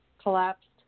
collapsed